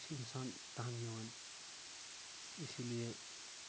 پَتہٕ چھِ اِنسان تَنٛگ یِوان اسی لیے